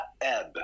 ebb